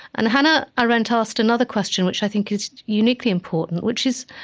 and hannah arendt asked another question, which i think is uniquely important, which is,